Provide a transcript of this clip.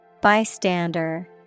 Bystander